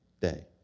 day